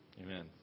Amen